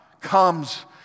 comes